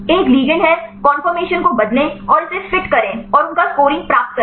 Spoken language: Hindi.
एक लिगैंड हैं कॉनफॉर्मेशन को बदलें और इसे फिट करें और उनका स्कोरिंग प्राप्त करें